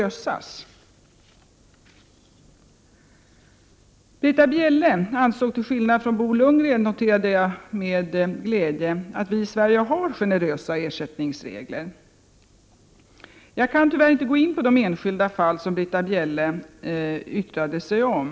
Jag noterade med glädje att Britta Bjelle ansåg, till skillnad från Bo Lundgren, att vi i Sverige har generösa ersättningsregler. Jag kan tyvärr inte gå in på de enskilda fall som Britta Bjelle yttrade sig om.